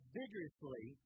vigorously